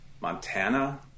Montana